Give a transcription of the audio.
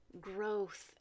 growth